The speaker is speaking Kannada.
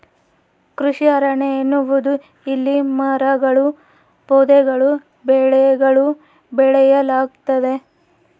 ಕೃಷಿ ಅರಣ್ಯ ಎನ್ನುವುದು ಇಲ್ಲಿ ಮರಗಳೂ ಪೊದೆಗಳೂ ಬೆಳೆಗಳೂ ಬೆಳೆಯಲಾಗ್ತತೆ